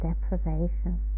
deprivation